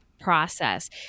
process